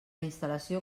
instal·lació